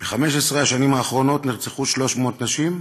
ב-15 השנים האחרונות נרצחו 300 נשים.